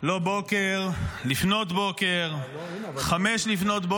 לא בוקר, לפנות בוקר, 05:00,